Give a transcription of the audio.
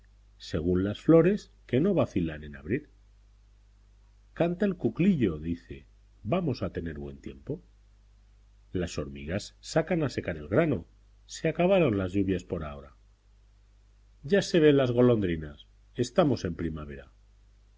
según las flores que no vacilan en abrir canta el cuclillo dice vamos a tener buen tiempo las hormigas sacan a secar el grano se acabaron las lluvias por ahora ya se ven golondrinas estamos en primavera